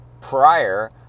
prior